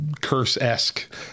curse-esque